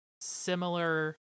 similar